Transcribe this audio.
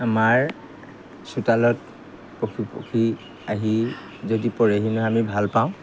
আমাৰ চোতালত পশু পক্ষী আহি যদি পৰেহি নহয় আমি ভালপাওঁ